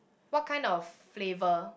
what kind of flavour